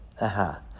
Aha